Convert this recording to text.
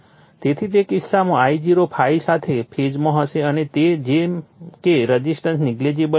તેથી તે કિસ્સામાં I0 ∅ સાથે ફેઝમાં હશે અને તે જેમ કે રઝિસ્ટન્સ નેગલિજિબલ છે